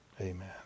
Amen